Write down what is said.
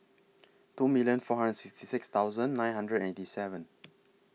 two million four hundred and sixty six thousand nine hundred and eighty seven